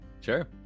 Sure